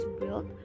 built